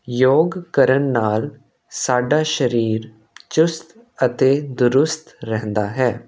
ਯੋਗ ਕਰਨ ਨਾਲ ਸਾਡਾ ਸਰੀਰ ਚੁਸਤ ਅਤੇ ਦਰੁਸਤ ਰਹਿੰਦਾ ਹੈ